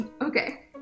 Okay